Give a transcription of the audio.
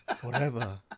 Forever